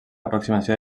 aproximació